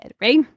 right